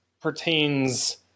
pertains